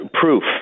proof